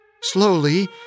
Slowly